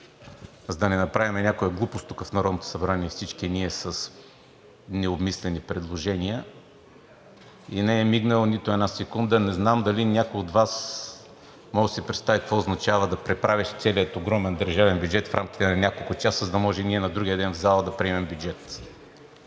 за да не направим някоя глупост тук, в Народното събрание, всички ние с необмислени предложения, и не е мигнал нито една секунда. Не знам дали някой от Вас може да си представи какво означава да преправиш целия огромен държавен бюджет в рамките на няколко часа, за да може ние на другия ден в залата да приемем бюджет?!